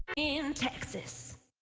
in texas.